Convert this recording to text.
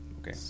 Okay